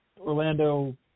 Orlando